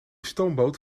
stoomboot